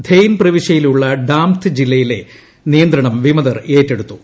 ഥേയ്ൻ പ്രവിശ്യയിലുള്ള ഡാമ്ത് ജില്ലയിലെ നിയന്ത്രണം വിമതർ ഏറ്റെടുത്തു